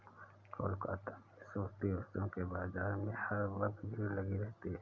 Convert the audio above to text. कोलकाता में सूती वस्त्रों के बाजार में हर वक्त भीड़ लगी रहती है